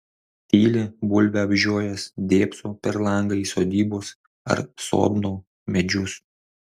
tyli bulvę apžiojęs dėbso per langą į sodybos ar sodno medžius